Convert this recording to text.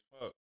fuck